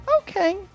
okay